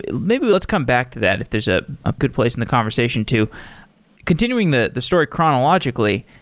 maybe let's come back to that if there's a ah good place in the conversation to continuing the the story chronologically,